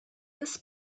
this